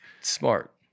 smart